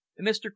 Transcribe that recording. Mr